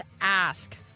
Ask